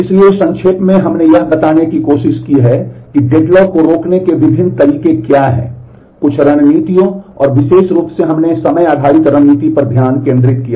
इसलिए संक्षेप में हमने यह बताने की कोशिश की है कि डेडलॉक को रोकने के विभिन्न तरीके क्या हैं कुछ रणनीतियों और विशेष रूप से हमने समय आधारित रणनीति पर ध्यान केंद्रित किया